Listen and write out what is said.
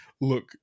Look